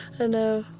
i know.